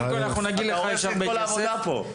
אתה הורס לי את כל העבודה פה.